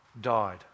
died